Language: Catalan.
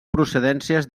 procedències